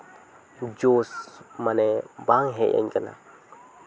ᱡᱳᱥ ᱢᱟᱮ ᱵᱟᱝ ᱦᱮᱡ ᱟᱹᱧ ᱠᱟᱱᱟ